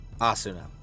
Asuna